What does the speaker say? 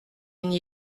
n’y